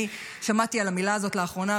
אני שמעתי על המילה הזאת לאחרונה,